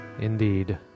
Indeed